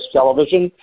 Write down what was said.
Television